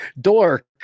dork